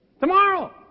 Tomorrow